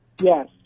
yes